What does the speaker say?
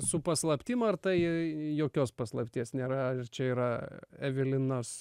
su paslaptim ar tai jokios paslapties nėra čia yra evelinos